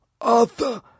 Arthur